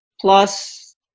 plus